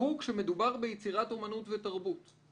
והוא כשמדובר ביצירת אמנות ותרבות.